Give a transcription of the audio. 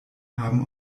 haben